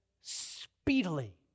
speedily